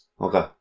Okay